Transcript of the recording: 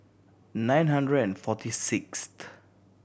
nine hundred and forty sixth